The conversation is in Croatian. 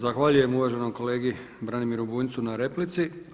Zahvaljujem uvaženom kolegi Branimiru Bunjcu na replici.